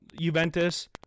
Juventus